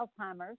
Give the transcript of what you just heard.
Alzheimer's